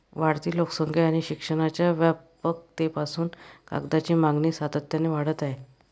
वाढती लोकसंख्या आणि शिक्षणाच्या व्यापकतेपासून कागदाची मागणी सातत्याने वाढत आहे